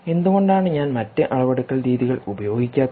എന്തുകൊണ്ടാണ് ഞാൻ മറ്റ് അളവെടുക്കൽ രീതികൾ ഉപയോഗിക്കാത്തത്